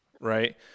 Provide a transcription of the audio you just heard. Right